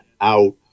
out